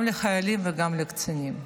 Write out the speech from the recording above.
גם לחיילים וגם לקצינים.